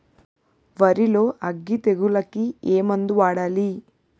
వరిలో అగ్గి తెగులకి ఏ మందు వాడాలి?